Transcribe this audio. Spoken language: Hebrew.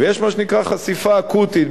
ויש מה שנקרא חשיפה אקוטית.